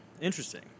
Interesting